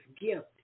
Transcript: gift